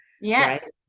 Yes